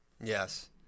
Yes